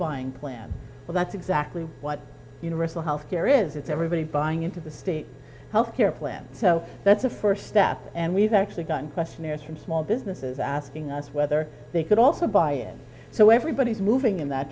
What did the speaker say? buying plan but that's exactly what universal health care is it's everybody buying into the state health care plan so that's a first step and we've actually done questionnaires from small businesses asking us whether they could also buy it so everybody's moving in that